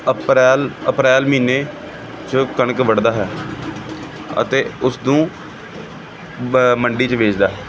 ਅਪ੍ਰੈਲ April ਮਹੀਨੇ 'ਚ ਕਣਕ ਵੱਢਦਾ ਹੈ ਅਤੇ ਉਸਨੂੰ ਬ ਮੰਡੀ 'ਚ ਵੇਚਦਾ ਹੈ